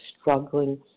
struggling